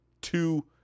two